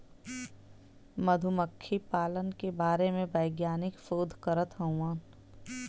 मधुमक्खी पालन के बारे में वैज्ञानिक शोध करत हउवन